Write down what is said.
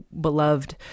beloved